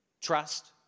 trust